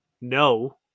no